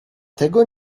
tego